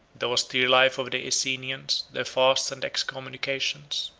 the austere life of the essenians, their fasts and excommunications,